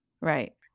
right